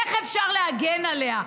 איך אפשר להגן עליה.